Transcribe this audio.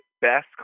best